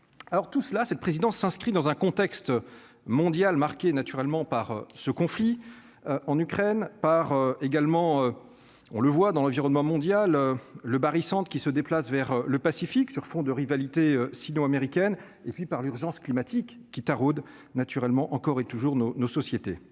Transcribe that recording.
tout cela, c'est le président s'inscrit dans un contexte mondial marqué naturellement par ce conflit en Ukraine par également, on le voit dans l'environnement mondial le barycentre qui se déplace vers le Pacifique sur fond de rivalité sino-américaine et puis par l'urgence climatique qui taraude naturellement encore et toujours nos nos sociétés,